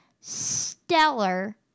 stellar